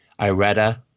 IRETA